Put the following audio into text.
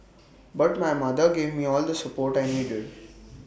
but my mother gave me all the support I needed